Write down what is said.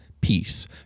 peace